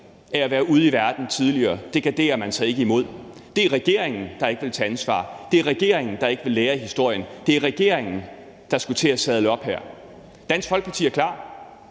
af at være ude i verden tidligere, garderer man sig ikke imod. Det er regeringen, der ikke vil tage ansvar, det er regeringen, der ikke vil lære af historien, og det er regeringen, der skulle tage at sadle om her. Dansk Folkeparti er klar.